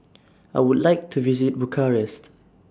I Would like to visit Bucharest